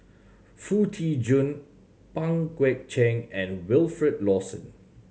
Foo Tee Jun Pang Guek Cheng and Wilfed Lawson